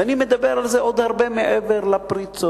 ואני מדבר על זה עוד הרבה מעבר לפריצות,